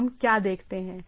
तो हम क्या देखते हैं